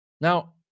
Now